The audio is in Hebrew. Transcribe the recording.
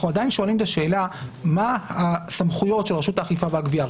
אנחנו עדיין שואלים את השאלה מה הסמכויות של רשות האכיפה והגבייה.